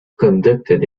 conducted